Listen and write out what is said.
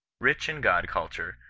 rich in god-culture,